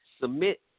submit